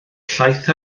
llaeth